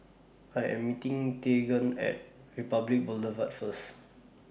I Am meeting Teagan At Republic Boulevard First